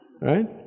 Right